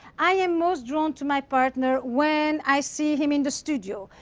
i am most drawn to my partner when i see him in the studio,